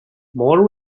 more